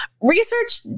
research